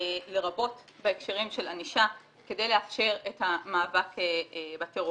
לרבות בהקשרים של ענישה כדי לאפשר את המאבק בטרור.